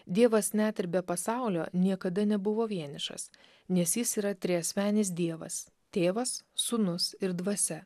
dievas net ir be pasaulio niekada nebuvo vienišas nes jis yra triasmenis dievas tėvas sūnus ir dvasia